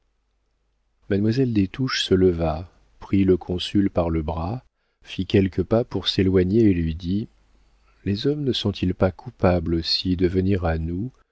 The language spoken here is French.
touches se leva prit le consul par le bras fit quelques pas pour s'éloigner et lui dit les hommes ne sont-ils pas coupables aussi de venir à nous